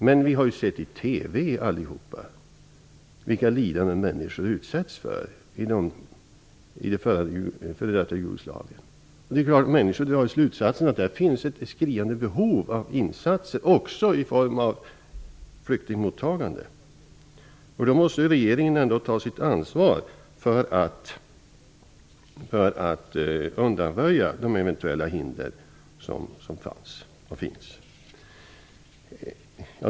Men vi har ju allihop sett i TV vilka lidanden människor utsätts för i det f.d. Jugoslavien. Människor drar ju slutsatsen att där finns ett skriande behov av insatser också i form av flyktingmottagande. Då måste regeringen ta sitt ansvar för att undanröja de eventuella hinder som finns.